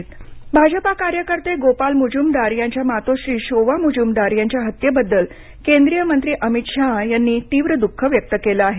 अमित शाह भाजपा कार्यकर्ते गोपाल मुजुमदार यांच्या मातोश्री शोवा मुजुमदार यांच्या हत्येबद्दल केंद्रीय मंत्री अमित शाह यांनी तीव्र दुःख व्यक्त केलं आहे